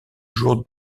jour